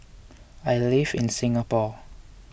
I live in Singapore